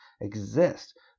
exist